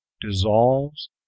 dissolves